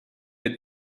been